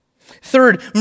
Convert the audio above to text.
Third